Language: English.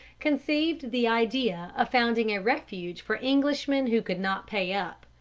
conceived the idea of founding a refuge for englishmen who could not pay up.